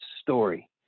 story